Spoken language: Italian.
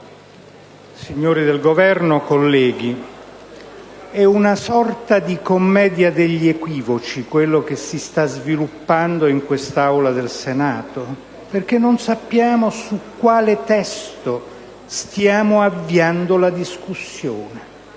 signori del Governo, colleghi, è una sorta di commedia degli equivoci quella che si sta sviluppando nell'Aula del Senato, perché non sappiamo su quale testo stiamo avviando la discussione.